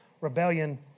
rebellion